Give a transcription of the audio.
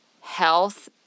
health